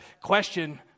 question